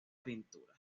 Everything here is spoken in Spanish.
pintura